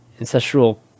Ancestral